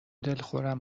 دلخورم